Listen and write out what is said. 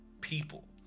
people